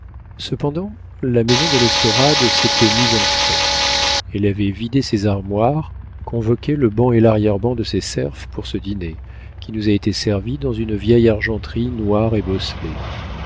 cependant la maison de l'estorade s'était mise en frais elle avait vidé ses armoires convoqué le ban et larrière ban de ses serfs pour ce dîner qui nous a été servi dans une vieille argenterie noire et bosselée